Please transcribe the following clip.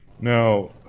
Now